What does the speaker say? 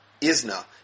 ISNA